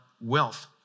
wealth